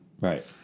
Right